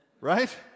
right